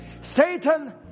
Satan